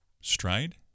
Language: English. stride